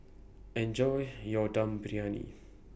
Enjoy your Dum Briyani